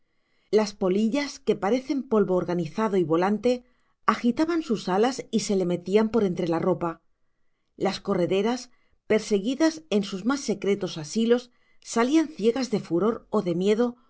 las polillas que parecen polvo organizado y volante agitaban sus alas y se le metían por entre la ropa las correderas perseguidas en sus más secretos asilos salían ciegas de furor o de miedo